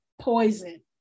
poison